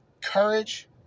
courage